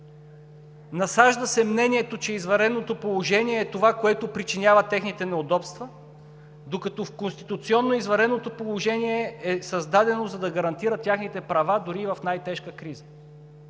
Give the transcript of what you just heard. Насажда се мнението, че извънредното положение е това, което причинява техните неудобства, докато конституционно извънредното положение е създадено, за да гарантира техните права дори и в най-тежка криза.